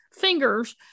fingers